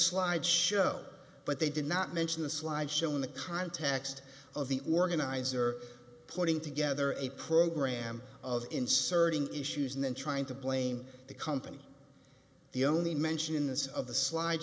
slide show but they did not mention the slide show in the context of the organizer putting together a program of inserting issues and then trying to blame the company the only mention in this of the slide